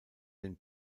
den